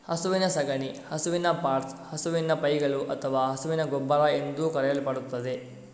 ಹಸುವಿನ ಸಗಣಿ ಹಸುವಿನ ಪಾಟ್ಸ್, ಹಸುವಿನ ಪೈಗಳು ಅಥವಾ ಹಸುವಿನ ಗೊಬ್ಬರ ಎಂದೂ ಕರೆಯಲ್ಪಡುತ್ತದೆ